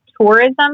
tourism